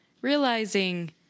realizing